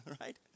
right